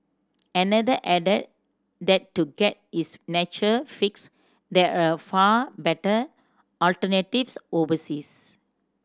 another added that to get his nature fix there are far better alternatives overseas